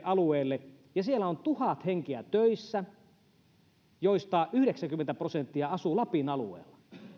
alueelle ja siellä on töissä tuhat henkeä joista yhdeksänkymmentä prosenttia asuu lapin alueella